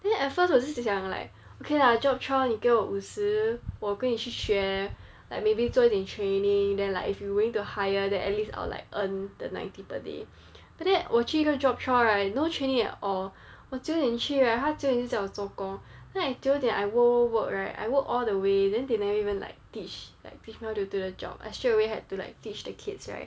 then at first 我自己想 like okay lah job trial 你给我五十我可以去学 like maybe 做一点 training then like if you're willing to hire then at least I'll like earn the ninety per day but then 我去一个 job trial right no training at all 我九点去 right 他九点就叫我做工 then I 九点 work work work right I worked all the way then they never even like teach like teach me how to do the job I straightaway had to like teach the kids right